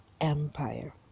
empire